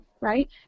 right